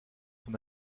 son